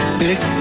pick